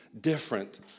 different